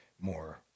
more